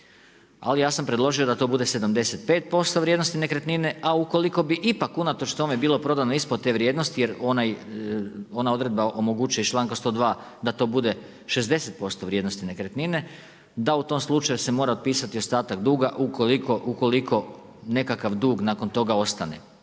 ali ja sam predložio da to bude 75% vrijednosti nekretnine, ali ukoliko bi ipak unatoč tome bilo prodano ispod te vrijednost jer ona odredba omogućuje iz članka 102. da to bude 60% vrijednosti nekretnine, da u tom slučaju se mora otpisati ostatak duga ukoliko nekakav dug nakon toga ostane.